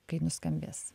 kai nuskambės